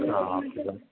ആ okay sir